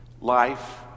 Life